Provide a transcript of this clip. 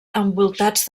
envoltats